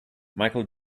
michael